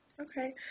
okay